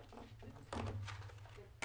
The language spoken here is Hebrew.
גם לא